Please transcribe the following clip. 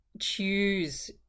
choose